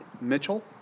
Mitchell